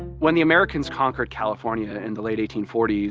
when the americans conquered california in the late eighteen forty s,